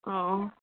অঁ অঁ